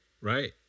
right